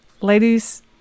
ladies